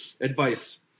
advice